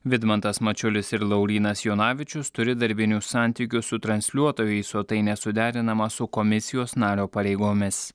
vidmantas mačiulis ir laurynas jonavičius turi darbinius santykius su transliuotojais o tai nesuderinama su komisijos nario pareigomis